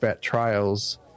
trials